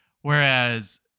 Whereas